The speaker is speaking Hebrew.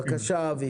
בבקשה.